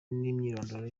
n’imyirondoro